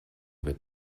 wird